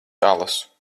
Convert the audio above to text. alus